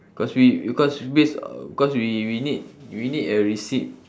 cause we cause based cause we we need we need a receipt